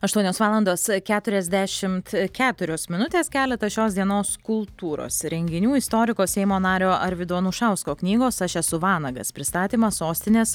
aštuonios valandos keturiasdešimt keturios minutės keletas šios dienos kultūros renginių istoriko seimo nario arvydo anušausko knygos aš esu vanagas pristatymas sostinės